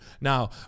Now